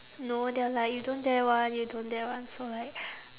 no they are like you don't dare [one] you don't dare [one] so like